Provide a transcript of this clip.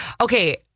Okay